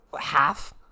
half